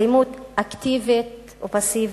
אלימות אקטיבית ופסיבית,